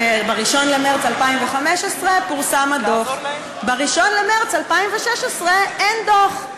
ב-1 במרס 2015 פורסם הדוח, ב-1 במרס 2016 אין דוח.